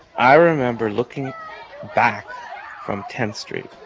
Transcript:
i remember looking back from tenth street